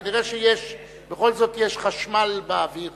כנראה שבכל זאת יש חשמל באוויר.